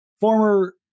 former